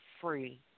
free